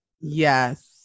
Yes